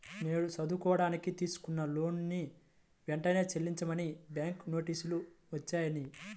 నేను చదువుకోడానికి తీసుకున్న లోనుని వెంటనే చెల్లించమని బ్యాంకు నోటీసులు వచ్చినియ్యి